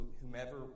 whomever